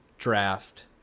draft